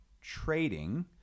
trading